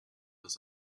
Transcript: das